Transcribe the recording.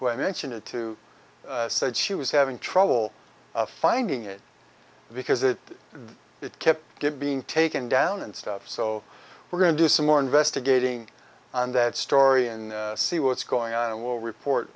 who i mentioned it to said she was having trouble finding it because it it kept good being taken down and stuff so we're going to do some more investigating on that story in see what's going on and we'll report